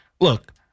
look